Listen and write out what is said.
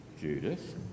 Judas